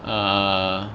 err